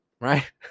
right